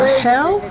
hell